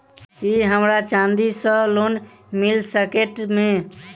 की हमरा चांदी सअ लोन मिल सकैत मे?